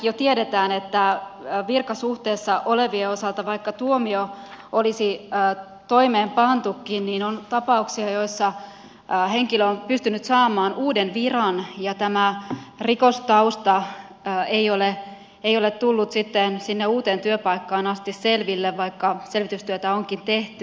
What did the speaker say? jo nykyiselläänkin tiedetään virkasuhteessa olevien osalta että vaikka tuomio olisi toimeenpantukin niin on tapauksia joissa henkilö on pystynyt saamaan uuden viran ja tämä rikostausta ei ole tullut sinne uuteen työpaikkaan asti selville vaikka selvitystyötä onkin tehty